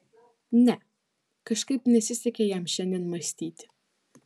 ne kažkaip nesisekė jam šiandien mąstyti